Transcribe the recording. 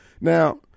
Now